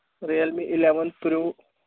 real me eleven pro